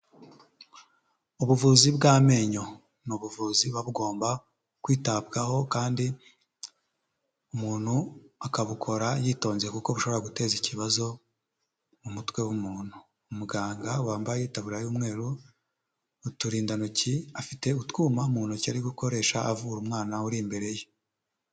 Ubuvuzi bw'amenyo ni ubuvuzi buba bugomba kwitabwaho kandi umuntu akabukora yitonze kuko bushobora guteza ikibazo mu mutwe w'umuntu. Umuganga wambaye itaburiya y'umweru, uturindantoki, afite utwuma mu ntoki ari gukoresha avura umwana uri imbere ye.